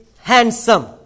handsome